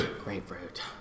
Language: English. grapefruit